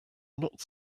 not